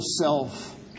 self